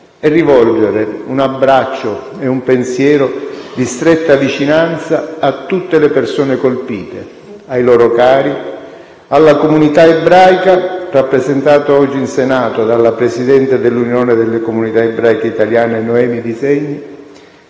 e rivolgere un abbraccio e un pensiero di stretta vicinanza a tutte le persone colpite, ai loro cari, alla comunità ebraica, rappresentata oggi in Senato dalla presidente dell'Unione delle comunità ebraiche italiane Noemi Di Segni